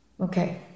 Okay